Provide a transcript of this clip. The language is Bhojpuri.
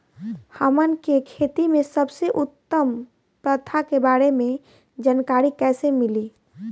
हमन के खेती में सबसे उत्तम प्रथा के बारे में जानकारी कैसे मिली?